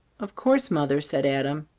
of course, mother, said adam.